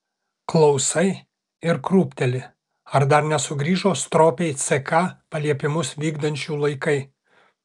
klausai ir krūpteli ar dar nesugrįžo stropiai ck paliepimus vykdančių laikai